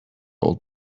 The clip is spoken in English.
old